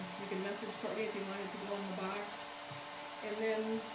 you can message kourtney if you wanted to go in the box and then